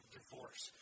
divorce